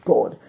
God